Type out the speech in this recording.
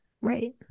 Right